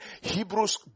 Hebrews